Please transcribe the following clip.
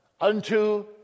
Unto